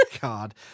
God